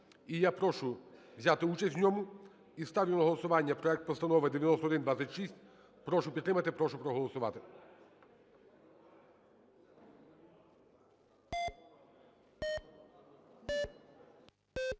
І я прошу взяти участь в ньому. І ставлю на голосування проект Постанови 9126. Прошу підтримати, прошу проголосувати.